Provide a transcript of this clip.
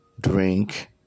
drink